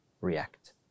react